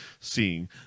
seeing